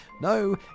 no